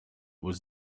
was